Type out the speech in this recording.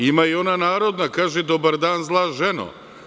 Ima i ona narodna kaže – dobar dan zla ženo.